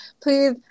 Please